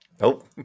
Nope